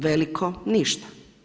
Veliko ništa.